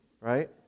right